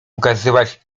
ukazywać